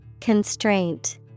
Constraint